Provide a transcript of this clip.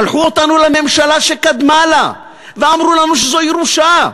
שלחו אותנו לממשלה שקדמה לה ואמרו לנו שזו ירושה.